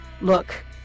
Look